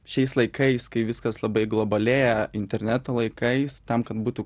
šiais laikais kai viskas labai globalėja interneto laikais tam kad būtų